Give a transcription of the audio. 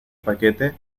paquete